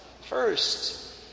First